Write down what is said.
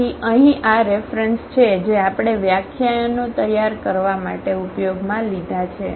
તેથી અહીં આ રેફરન્સ છે જે આપણે વ્યાખ્યાનો તૈયાર કરવા માટે ઉપયોગમાં લીધા છે